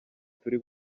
turi